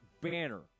banner